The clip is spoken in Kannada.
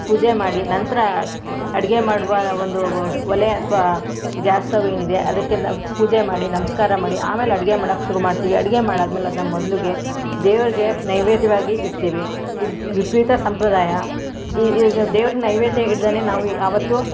ಪೂಜೆ ಮಾಡಿ ನಂತರ ಅಡುಗೆ ಮಾಡುವ ಒಂದು ಒಲೆ ಅಥ್ವಾ ಗ್ಯಾಸ್ ಸ್ಟವ್ ಏನಿದೆ ಅದಕ್ಕೆ ಪೂಜೆ ಮಾಡಿ ನಮಸ್ಕಾರ ಮಾಡಿ ಆಮೇಲೆ ಅಡುಗೆ ಮಾಡಕ್ಕೆ ಶುರು ಮಾಡ್ತೀವಿ ಅಡುಗೆ ಮಾಡಾದ್ಮೇಲೆ ಅದನ್ನು ಮೊದಲಿಗೆ ದೇವ್ರಿಗೆ ನೈವೇದ್ಯವಾಗಿ ಇಡ್ತೀವಿ ವಿಪರೀತ ಸಂಪ್ರದಾಯ ಈ ಇದು ದೇವ್ರಿಗೆ ನೈವೇದ್ಯ ಇಡದೇನೇ ನಾವು ಯಾವತ್ತು